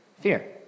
Fear